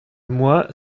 moi